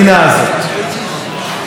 פשוט עשור מבוזבז.